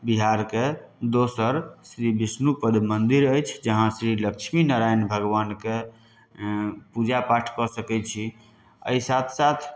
बिहारके दोसर श्री विष्णुपद मन्दिर अछि जहाँ श्री लक्ष्मीनारायण भगवानके पूजा पाठ कऽ सकै छी एहि साथ साथ